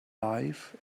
life